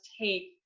take